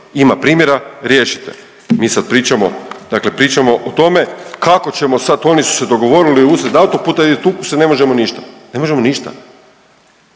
Ima primjera, riješite. Mi sad pričamo, dakle pričamo o tome kako ćemo sad oni su se dogovorili usred autoputa i tuku se ne možemo ništa, ne možemo ništa.